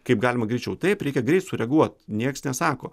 kaip galima greičiau taip reikia greit sureaguot nieks nesako